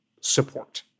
support